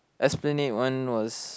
Esplanade one was